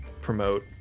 promote